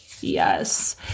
yes